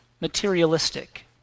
Materialistic